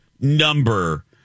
number